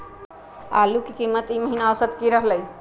आलू के कीमत ई महिना औसत की रहलई ह?